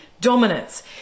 dominance